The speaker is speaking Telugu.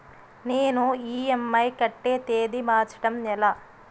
నేను ఇ.ఎం.ఐ కట్టే తేదీ మార్చడం ఎలా?